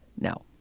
No